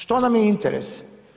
Što nam je interes?